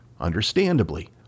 understandably